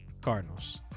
Cardinals